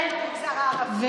טרור, לא, המגזר הערבי, הטרור.